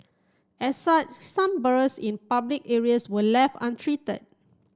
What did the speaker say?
as such some burrows in public areas were left untreated